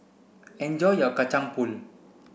enjoy your Kacang Pool